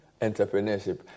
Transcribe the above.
entrepreneurship